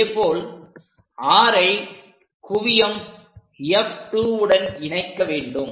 அதேபோல் R ஐ குவியம் F2 உடன் இணைக்க வேண்டும்